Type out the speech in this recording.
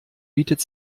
bietet